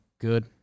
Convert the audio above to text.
Good